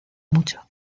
mucho